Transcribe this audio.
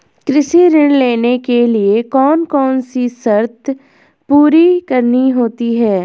कृषि ऋण लेने के लिए कौन कौन सी शर्तें पूरी करनी होती हैं?